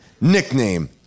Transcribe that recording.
Nickname